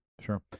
sure